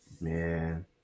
man